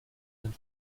and